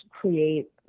create